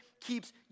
keeps